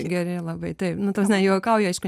geri labai taip nu ta prasme juokauju aišku